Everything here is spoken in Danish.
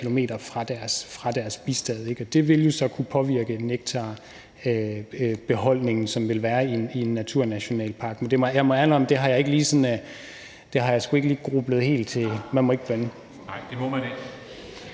km fra deres bistade, og det vil jo så kunne påvirke den nektarbeholdning, som der vil være i en naturnationalpark. Men jeg må ærligt indrømme, at det har jeg sgu ikke lige grublet så meget over – man må ikke bande.